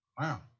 Wow